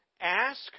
ask